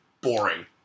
Boring